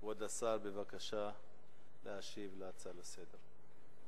כבוד השר, בבקשה להשיב על ההצעות לסדר-היום.